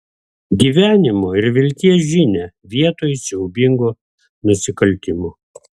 gyvenimo ir vilties žinią vietoj siaubingo nusikaltimo